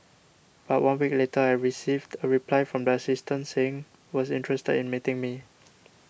but one week later I received a reply from the assistant saying was interested in meeting me